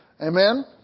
Amen